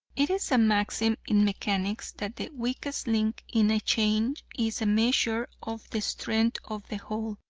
it is a maxim in mechanics that the weakest link in a chain is a measure of the strength of the whole.